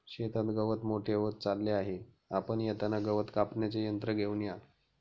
शेतात गवत मोठे होत चालले आहे, आपण येताना गवत कापण्याचे यंत्र घेऊन या